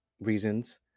reasons